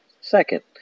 Second